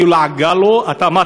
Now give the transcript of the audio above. והיא לעגה לו: מה,